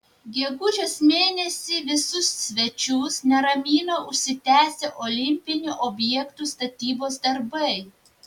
gegužės mėnesį visus svečius neramino užsitęsę olimpinių objektų statybos darbai